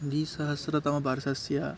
द्विसहस्रतमवर्षस्य